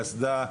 קסדה,